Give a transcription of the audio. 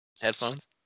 headphones